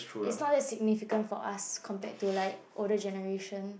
it's not that significant for us compared to like older generation